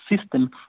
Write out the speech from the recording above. system